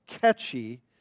Catchy